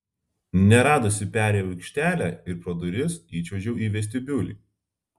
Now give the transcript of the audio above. neradusi perėjau aikštelę ir pro duris įčiuožiau į vestibiulį